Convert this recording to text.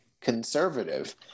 conservative